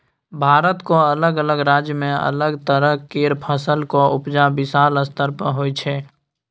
भारतक अलग अलग राज्य में अलग तरह केर फसलक उपजा विशाल स्तर पर होइ छै